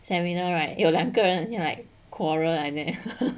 seminar right 有两个人很想 like quarrel like that